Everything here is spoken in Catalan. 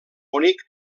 bonic